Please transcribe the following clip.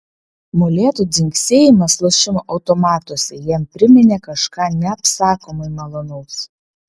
monetų dzingsėjimas lošimo automatuose jam priminė kažką neapsakomai malonaus